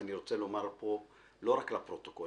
ואני רוצה לומר פה לא רק לפרוטוקול,